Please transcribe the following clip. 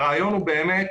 הרעיון הוא באמת